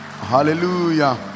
Hallelujah